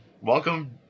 Welcome